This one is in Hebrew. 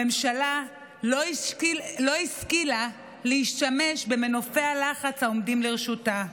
הממשלה לא השכילה להשתמש במנופי הלחץ העומדים לרשותה.